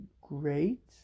great